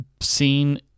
seen